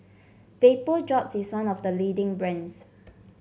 Vapodrops is one of the leading brands